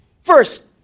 First